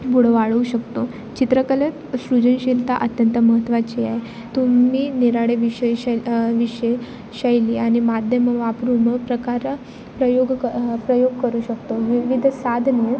बुडवाळू शकतो चित्रकलेत सृजनशीलता अत्यंत महत्त्वाची आहे तुम्ही निराळे विषय शै विषय शैली आणि माध्यम वापरून म प्रकार प्रयोग क प्रयोग करू शकतो विविध साधने